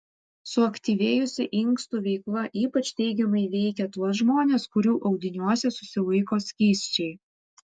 suaktyvėjusi inkstų veikla ypač teigiamai veikia tuos žmones kurių audiniuose susilaiko skysčiai